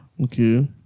okay